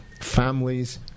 families